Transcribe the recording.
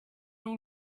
all